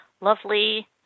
lovely